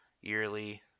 yearly